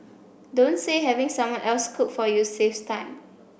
don't say having someone else cook for you saves time